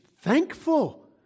thankful